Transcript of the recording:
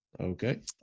Okay